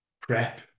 prep